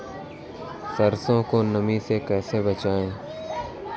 सरसो को नमी से कैसे बचाएं?